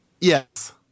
yes